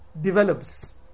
develops